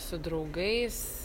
su draugais